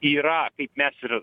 yra kaip mes ir